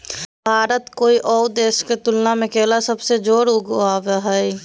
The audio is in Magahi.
भारत कोय आउ देश के तुलनबा में केला सबसे जाड़े उगाबो हइ